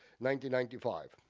ninety ninety five.